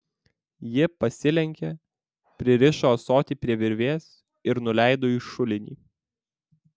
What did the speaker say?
ji pasilenkė pririšo ąsotį prie virvės ir nuleido į šulinį